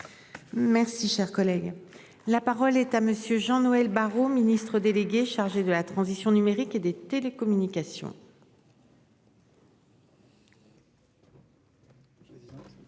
Merci, cher collègue, la parole est à monsieur Jean-Noël Barrot Ministre délégué chargé de la transition numérique et des télécommunications.